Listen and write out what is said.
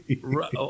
right